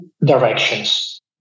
directions